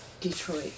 Detroit